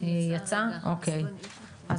כן, נעלה שוב את המצגת.